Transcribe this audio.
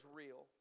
real